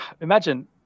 imagine